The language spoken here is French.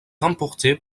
remportée